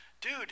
dude